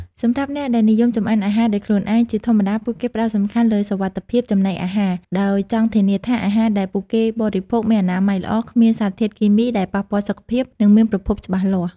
សម្រាប់អ្នកដែលនិយមចម្អិនអាហារដោយខ្លួនឯង ជាធម្មតាពួកគេផ្ដោតសំខាន់លើ សុវត្ថិភាពចំណីអាហារ ដោយចង់ធានាថាអាហារដែលពួកគេបរិភោគមានអនាម័យល្អ គ្មានសារធាតុគីមីដែលប៉ះពាល់សុខភាព និងមានប្រភពច្បាស់លាស់។